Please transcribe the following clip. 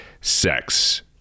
sex